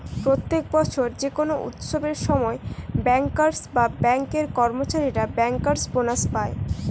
প্রত্যেক বছর যে কোনো উৎসবের সময় বেঙ্কার্স বা বেঙ্ক এর কর্মচারীরা বেঙ্কার্স বোনাস পায়